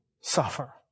suffer